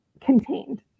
contained